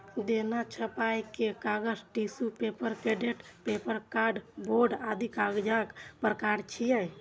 जेना छपाइ के कागज, tissue paper, coated paper, cardboard आदि कागजक प्रकार छियै